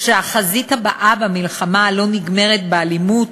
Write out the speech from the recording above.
שהחזית הבאה במלחמה הלא-נגמרת באלימות